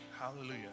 hallelujah